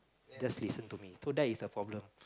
just listen to me so that it's a problem